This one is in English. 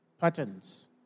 patterns